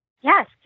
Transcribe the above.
yes